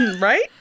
right